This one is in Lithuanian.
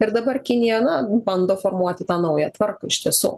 ir dabar kinija na bando formuoti tą naują tvarką iš tiesų